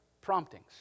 Promptings